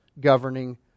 governing